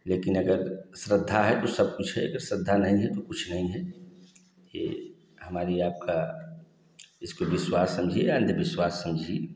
लेकिन अगर श्रद्धा है तो सब कुछ है अगर श्रद्धा नहीं है तो कुछ नहीं है यह हमारी आपका इसको विश्वास समझिए या अंधविश्वास समझिए